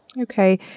Okay